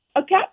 okay